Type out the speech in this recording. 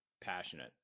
passionate